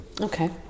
okay